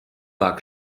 war